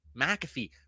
McAfee